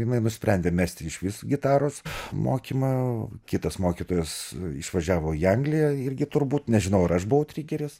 jinai nusprendė mesti išvis gitaros mokymą kitas mokytojas išvažiavo į angliją irgi turbūt nežinau ar aš buvau trigeris